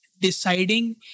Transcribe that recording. Deciding